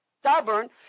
stubborn